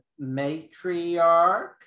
Matriarch